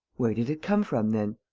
where did it come from then?